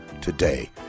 today